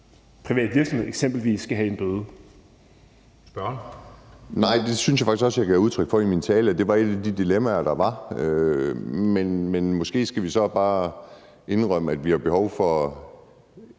11:07 Kim Edberg Andersen (DD): Nej, og jeg synes faktisk også, jeg gav udtryk for i min tale, at det var et af de dilemmaer, der var. Men måske skal vi så bare indrømme, at vi har behov for